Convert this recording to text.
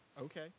okay